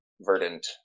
verdant